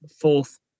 fourth